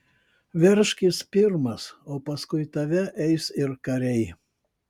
veržkis pirmas o paskui tave eis ir kariai